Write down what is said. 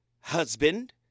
husband